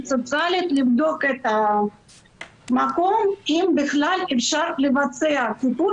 סוציאלית לבדוק את המקום ולראות אם בכלל אפשר לבצע טיפול